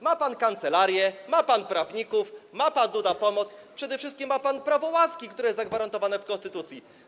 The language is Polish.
Ma pan kancelarię, ma pan prawników, ma pan Duda pomoc, przede wszystkim ma pan prawo łaski, które jest zagwarantowane w konstytucji.